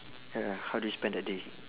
ya how do you spend that day